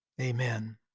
Amen